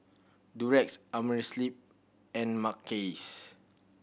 Durex Amerisleep and Mackays